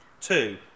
Two